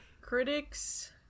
Critics